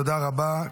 תודה רבה.